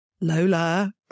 Lola